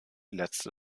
letzte